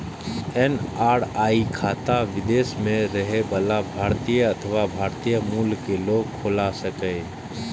NRI खाता विदेश मे रहै बला भारतीय अथवा भारतीय मूल के लोग खोला सकैए